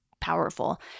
powerful